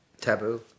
Taboo